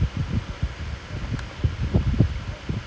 ya lah I mean this kind of